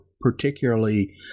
particularly